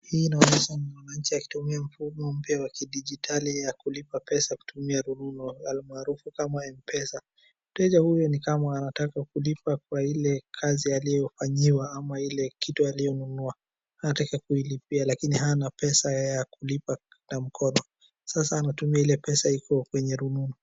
Hii inaonyesha mwananchi akitumia mfumo mpya wa kidijitali ya kulipa pesa kutumia rununu almarufu kama Mpesa. Mteja huyu ni kama anataka kulipa kwa ile kazi aliyofanyiwa ama ile kitu aliyonunua. Anataka kuilipa lakini hana pesa ya kulipa na mkono, sasa anatumia ile pesa iko kwenye rununu.